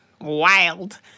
wild